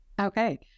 Okay